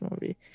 movie